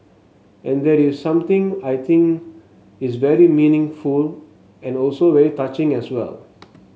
and that is something I think is very meaningful and also very touching as well